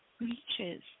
reaches